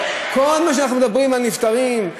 כל מה שאנחנו מדברים על נפטרים,